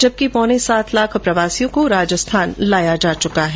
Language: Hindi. जबकि पौने सात लाख प्रवासियों को राजस्थान लाया जा चुका है